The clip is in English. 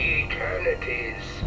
eternities